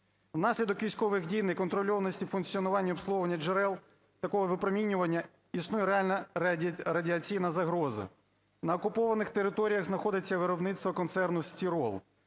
Внаслідок військових дій і неконтрольованості функціонування обслуговування джерел такого випромінювання існує реальна радіаційна загроза. На окупованих територіях знаходиться виробництво концерну "Стирол".